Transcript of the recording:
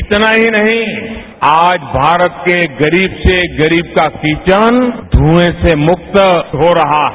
इतना ही नहीं आज भारत के गरीब से गरीब का किचन घुएं से मुक्त हो रहा है